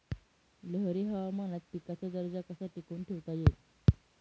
लहरी हवामानात पिकाचा दर्जा कसा टिकवून ठेवता येईल?